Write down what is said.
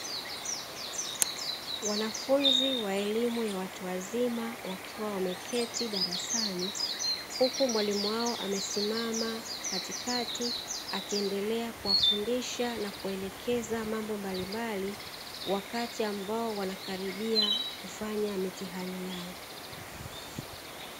Wanafunzi wa elimu ya watu wazima wakiwa wameketi darasani, huku mwalimu wao amesimama katikati akiendelea kuwafundisha na kuelekeza mambo mbalimbali, wakati ambao wanakaribia kufanya mitihani yao.